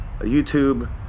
YouTube